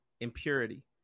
impurity